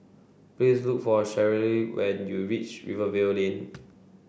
please look for Cheryle when you reach Rivervale Lane